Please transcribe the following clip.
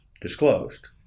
disclosed